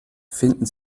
finden